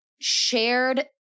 shared